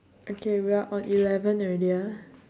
okay we are on eleven already ah